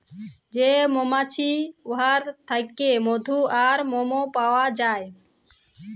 যে মমাছি উয়ার থ্যাইকে মধু আর মমও পাউয়া যায়